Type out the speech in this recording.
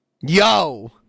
Yo